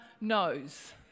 knows